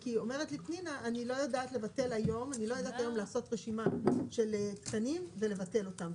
כי אומרת לי פנינה: אני לא יודעת לעשות היום רשימה של תקנים ולבטל אותם.